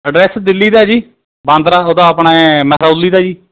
address Delhi ਦਾ ਹੈ ਜੀ ਬਾਂਦਰਾ ਉਹਦਾ ਆਪਣੇ ਮਹਿਰੋਲੀ ਦਾ ਜੀ